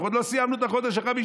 אנחנו עוד לא סיימנו את החודש החמישי.